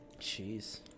Jeez